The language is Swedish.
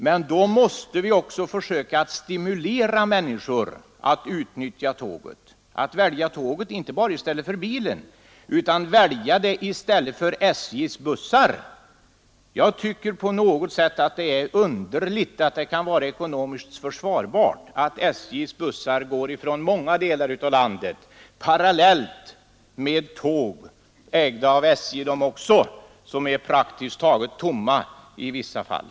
Men då måste vi också stimulera människor att välja tåget, inte bara i stället för bilen, utan i stället för SJ:s bussar. Jag tycker det är på något sätt underligt att det kan vara ekonomiskt försvarbart att SJ:s bussar går i många delar av landet parallellt med tåg — ägda av SJ de också — som är praktiskt taget tomma i vissa fall.